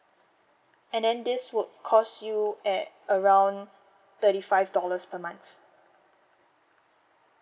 and then this would cost you at around thirty five dollars per month